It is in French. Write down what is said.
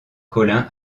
collin